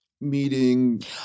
Meeting